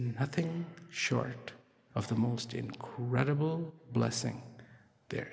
nothing short of the most incredible blessing there